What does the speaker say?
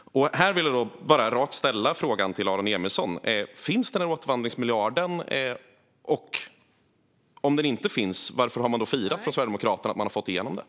Här vill jag bara rakt ställa frågan till Aron Emilsson: Finns den här återvandringsmiljarden? Och om den inte finns, varför har då Sverigedemokraterna firat att man har fått igenom den?